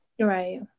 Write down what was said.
right